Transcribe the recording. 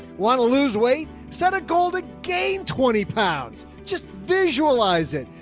want to lose weight, set a goal to gain twenty pounds. just visualize it.